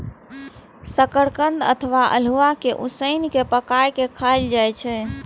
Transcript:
शकरकंद अथवा अल्हुआ कें उसिन के या पकाय के खायल जाए छै